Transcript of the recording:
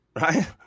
right